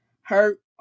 hurt